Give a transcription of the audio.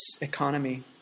economy